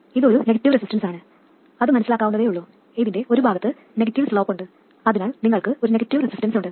ഇത് ഒരു negative resistance ആണ് അത് മനസ്സിലാക്കാവുന്നതേയുള്ളൂ ഇതിന്റെ ഒരു ഭാഗത്തിന് നെഗറ്റീവ് സ്ലോപ്പ് ഉണ്ട് അതിനാൽ നിങ്ങൾക്ക് ഒരു നെഗറ്റീവ് റെസിസ്റ്റൻസ് ഉണ്ട്